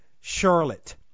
Charlotte